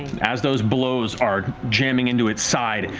as those blows are jamming into its side,